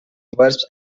verbs